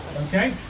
Okay